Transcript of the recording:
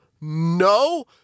no